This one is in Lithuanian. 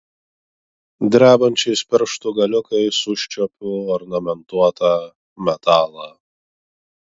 drebančiais pirštų galiukais užčiuopiu ornamentuotą metalą